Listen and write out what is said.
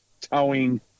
towing